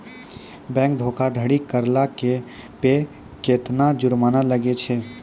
Bank धोखाधड़ी करला पे केतना जुरमाना लागै छै?